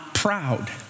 Proud